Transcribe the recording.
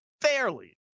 fairly